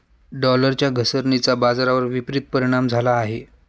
डॉलरच्या घसरणीचा बाजारावर विपरीत परिणाम झाला आहे